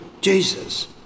Jesus